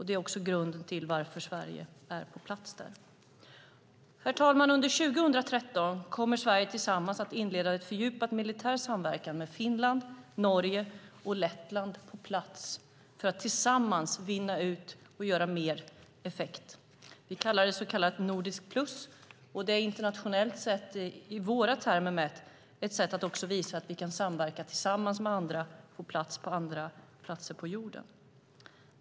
Det är också grunden till att Sverige är på plats där. Herr talman! Under 2013 kommer Sverige att inleda en fördjupad militär samverkan med Finland, Norge och Lettland på plats för att vi tillsammans ska göra mer för att få effekt. Vi kallar det Nordic plus. Det är internationellt i våra termer mätt ett sätt att visa att vi kan samverka med andra på plats på olika ställen på jorden.